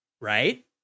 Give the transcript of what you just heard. right